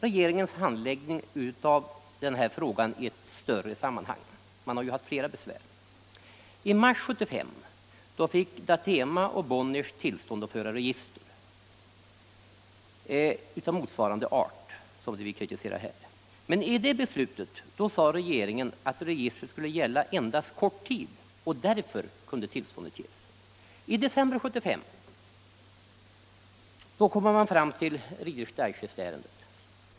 Regeringens handläggning av den här frågan skall ses i ett större sammanhang; man har ju haft flera besvärsärenden. I mars 1975 fick Datema och Bonniers tillstånd att föra register motsvarande det vi kritiserar här. Men i det beslutet sade regeringen att registret skulle gälla endast kort tid och därför kunde tillståndet ges. I december 1975 kom man fram till Readers Digest-ärendet.